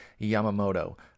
Yamamoto